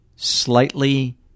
slightly